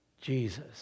Jesus